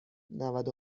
نود